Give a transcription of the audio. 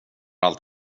allt